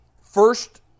first